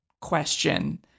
question